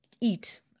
eat